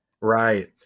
right